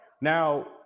Now